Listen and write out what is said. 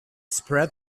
spread